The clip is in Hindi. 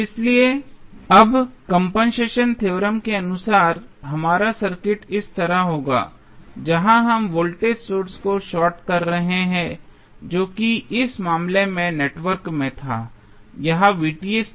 इसलिए अब कंपनसेशन थ्योरम के अनुसार हमारा सर्किट इस तरह होगा जहां हम वोल्टेज सोर्स को शार्ट कर रहे हैं जो कि इस मामले में नेटवर्क में था यह था